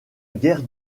guerre